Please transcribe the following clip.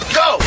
go